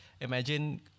imagine